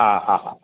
ആ ആ ആ